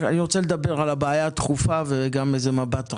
אני רוצה לדבר על הבעיה הדחופה וגם איזה מבט רחב.